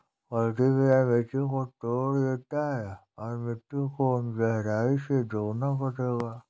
cultivator मिट्टी को तोड़ देगा और मिट्टी को उन गहराई से दोगुना कर देगा